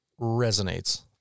resonates